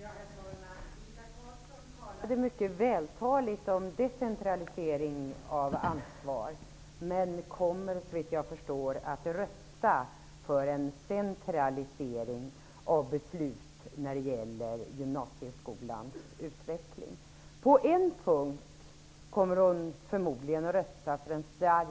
Herr talman! Birgitta Carlsson var mycket vältalig om decentralisering av ansvar, men kommer såvitt jag förstår att rösta för en centralisering av beslut när det gäller gymnasieskolans utveckling. På en punkt kommer hon förmodligen att rösta för en stark